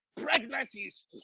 pregnancies